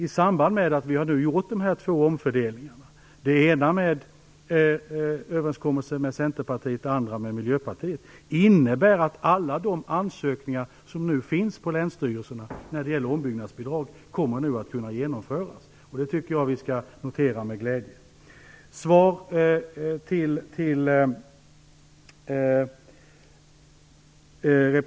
I samband med att vi nu har gjort de två omfördelningarna - i överenskommelser i det ena fallet med Centerpartiet och i det andra med Miljöpartiet - kommer alla de ansökningar som nu finns på länsstyrelserna om ombyggnadsbidrag att kunna tillgodoses, och det tycker jag att vi skall notera med glädje.